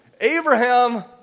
Abraham